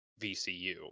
VCU